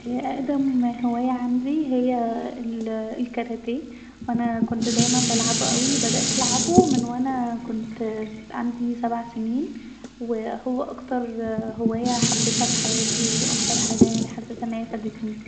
اقدم هوايه عندي هي الكراتيه وانا كنت دايما بلعبه اوي بدأت العبه من وانا كنت عندي سبع سنين وهو اكتر هوايه حبتها في حياتي واكتر حاجه يعني حسيت أن هي فادتني